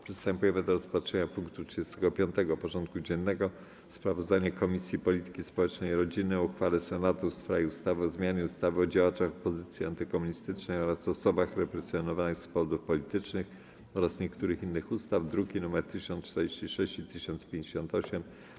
Przystępujemy do rozpatrzenia punktu 35. porządku dziennego: Sprawozdanie Komisji Polityki Społecznej i Rodziny o uchwale Senatu w sprawie ustawy o zmianie ustawy o działaczach opozycji antykomunistycznej oraz osobach represjonowanych z powodów politycznych oraz niektórych innych ustaw (druki nr 1046 i 1058)